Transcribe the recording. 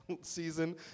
season